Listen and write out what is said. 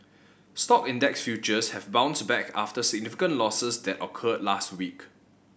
stock index futures have bounced back after significant losses that occurred last week